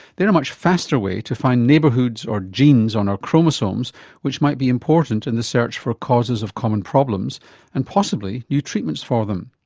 they're a much faster way to find neighbourhoods or genes on our chromosomes which might be important in the search for causes of common problems and possibly new treatments for them.